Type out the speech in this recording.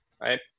right